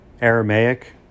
Aramaic